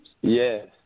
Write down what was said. Yes